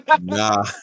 Nah